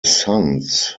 suns